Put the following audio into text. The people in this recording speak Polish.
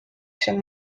się